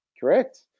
correct